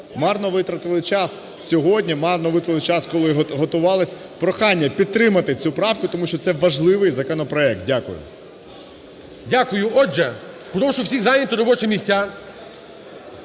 Марно витратили час сьогодні, марно витратили час, коли готувались. Прохання підтримати цю правку, тому що це важливий законопроект. Дякую. ГОЛОВУЮЧИЙ. Дякую. Отже, прошу всіх зайняти робочі місця.